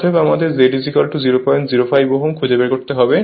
অতএব আমাদের Z 005 Ω খুঁজে বের করতে হবে